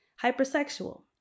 hypersexual